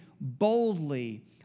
boldly